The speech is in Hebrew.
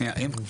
כן.